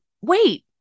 wait